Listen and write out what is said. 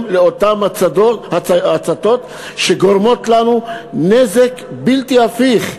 לאותן הצתות שגורמות לנו נזק בלתי הפיך.